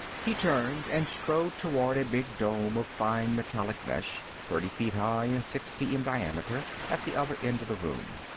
he turned and strode toward a big dome of fine metallic mesh, thirty feet high and sixty in diameter, at the other end of the room.